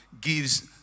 gives